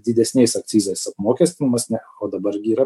didesniais akcizais apmokestinamas ne o dabar gi yra